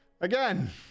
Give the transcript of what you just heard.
Again